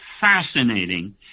fascinating